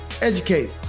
educate